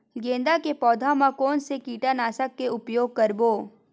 गेंदा के पौधा म कोन से कीटनाशक के उपयोग करबो?